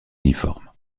uniforme